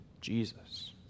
Jesus